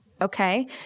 okay